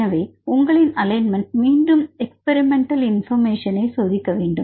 எனவே உங்களின் அலைன்மெண்ட் மீண்டும் எக்பெரிமெண்டல் இன்பர்மேஷன்ஐ சோதிக்க வேண்டும்